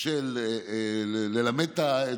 ללמד את